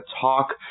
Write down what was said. talk